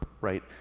right